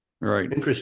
Right